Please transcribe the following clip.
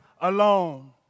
alone